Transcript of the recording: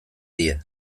die